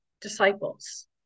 disciples